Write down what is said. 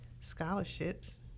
scholarships